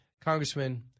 Congressman